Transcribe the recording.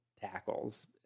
tackles